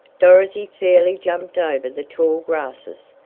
dorothy fairly jumped over the tall grasses,